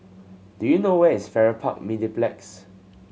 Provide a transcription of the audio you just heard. do you know where is Farrer Park Mediplex